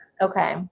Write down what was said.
Okay